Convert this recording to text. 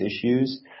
issues